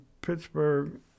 Pittsburgh